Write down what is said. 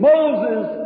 Moses